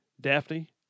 Daphne